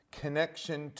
connection